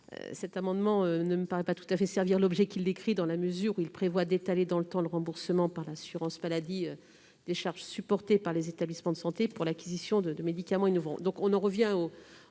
Cet amendement ne me paraît pas tout à fait servir l'objet qu'il décrit, dans la mesure où il prévoit d'étaler dans le temps le remboursement par l'assurance maladie des charges supportées par les établissements de santé pour l'acquisition de médicaments innovants : on en revient au